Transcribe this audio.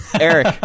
Eric